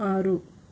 ఆరు